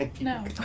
No